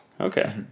Okay